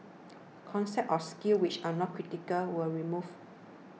concepts or skills which are not critical were removed